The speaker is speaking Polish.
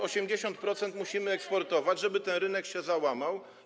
80% musimy eksportować, żeby ten rynek się załamał.